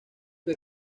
que